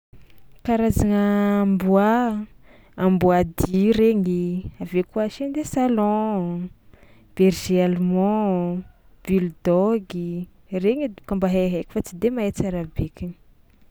Karazagna amboà: amboàdia regny, avy eo koa chien de salon, berger allemand, bulldog, regny edy boka mba haihaiko fa tsy de mahay tsara bekany.